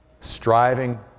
striving